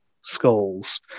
skulls